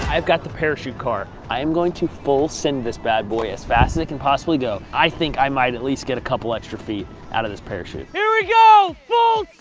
i've got the parachute car. i am going to full send this bad boy as fast as it can possibly go. i think i might at least get a couple extra feet out of this parachute. here we go! full